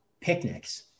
picnics